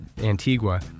antigua